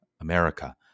America